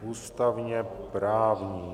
Ústavněprávní.